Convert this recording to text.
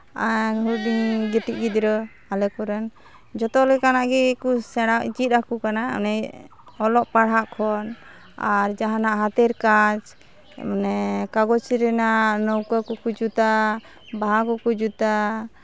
ᱢᱤᱫ ᱫᱤᱱ ᱠᱟᱹᱴᱤᱡ ᱜᱤᱫᱽᱨᱟᱹ ᱟᱞᱮ ᱠᱚᱨᱮᱱ ᱡᱚᱛᱚᱞᱮᱠᱟᱱᱟᱜ ᱜᱮᱠᱚ ᱥᱮᱬᱟ ᱪᱮᱫ ᱟᱠᱚ ᱠᱟᱱᱟ ᱚᱱᱮ ᱚᱞᱚᱜ ᱯᱟᱲᱦᱟᱜ ᱠᱷᱚᱱ ᱟᱨ ᱡᱟᱦᱟᱱᱟᱜ ᱦᱟᱛᱮᱨ ᱠᱟᱡᱽ ᱢᱟᱱᱮ ᱠᱟᱜᱚᱡᱽ ᱨᱮᱱᱟᱜ ᱱᱟᱹᱣᱠᱟᱹ ᱠᱚᱠᱚ ᱡᱩᱛᱟ ᱵᱟᱦᱟ ᱠᱚᱠᱚ ᱡᱩᱛᱟ